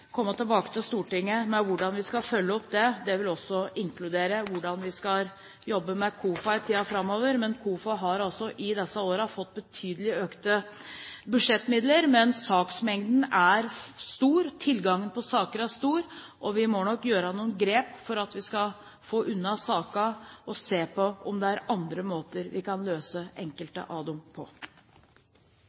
komme tilbake til Stortinget med hvordan dette skal følges opp. Det vil også inkludere hvordan vi skal jobbe med KOFA i tiden framover. KOFA har i disse årene fått betydelig økte budsjettmidler, men tilgangen på saker er stor, og vi må nok gjøre noen grep, slik at vi skal få unna sakene og se på om det er andre måter vi kan løse enkelte av dem på.